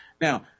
Now